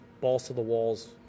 balls-to-the-walls